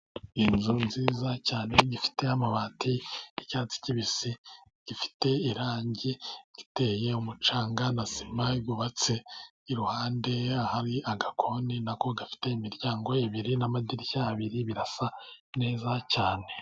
Inzu nziza cyane ifite amabati y'icyatsi kibisi, ifite irangi iteye umucanga na sima yubatse. Iruhande hari agakoni na ko gafite imiryango ibiri n'amadirishya abiri, birasa neza cyane.